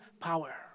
power